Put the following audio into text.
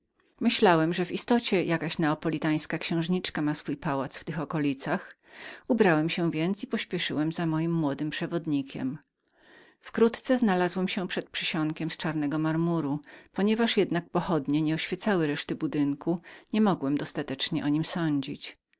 myślałem że w istocie jaka neapolitańska księżniczka miała swój pałac w tych okolicach ubrałem się więc i pośpieszyłem za moim młodym przewodnikiem wkrótce znalazłem się przed przysionkiem z czarnego marmuru ponieważ jednak pochodnie nie oświecały reszty budynku niemogłem dostatecznie o nim sądzić